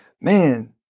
Man